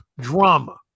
drama